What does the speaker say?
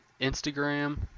Instagram